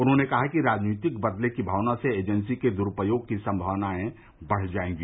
उन्होंने कहा कि राजनीतिक बदले की भावना से एजेंसी के दुरूपयोग की संभावना बढ़ जाएगी